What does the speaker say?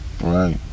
Right